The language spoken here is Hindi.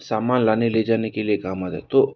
सामान लाने ले जाने के लिए काम आ गए तो